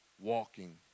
walking